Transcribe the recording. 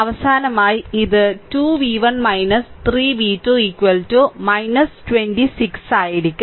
അവസാനമായി ഇത് 2 v1 3 v2 26 ആയിരിക്കും